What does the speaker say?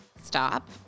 stop